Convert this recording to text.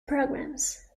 programs